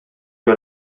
que